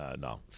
No